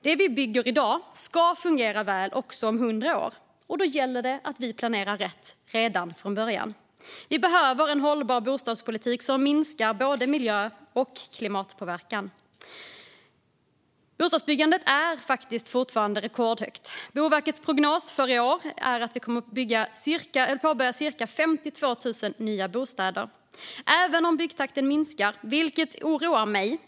Det vi bygger i dag ska fungera väl också om 100 år, och då gäller det att vi planerar rätt redan från början. Vi behöver en hållbar bostadspolitik som minskar både miljö och klimatpåverkan. Bostadsbyggandet är faktiskt fortfarande rekordhögt. Boverkets prognos för i år är att vi kommer att påbörja cirka 52 000 nya bostäder. Byggtakten minskar, vilket oroar mig.